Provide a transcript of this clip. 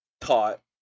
taught